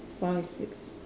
five six